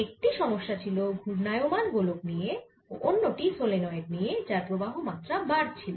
একটি সমস্যা ছিল ঘূর্ণায়মান গোলক নিয়ে ও অন্য টি সলেনয়েড নিয়ে যার প্রবাহ মাত্রা বাড়ছিল